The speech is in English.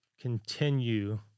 continue